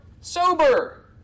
sober